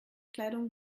kleidung